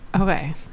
Okay